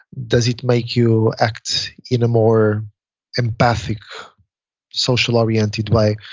does it make you act in a more empathic social oriented way?